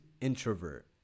introvert